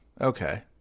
Okay